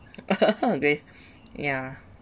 okay yeah